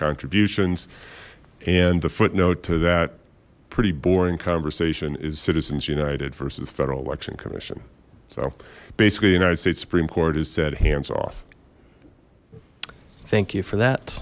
contributions and the footnote to that pretty boring conversation is citizens united versus federal election commission so basically the united states supreme court has said hands off thank you for that